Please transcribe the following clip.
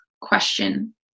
question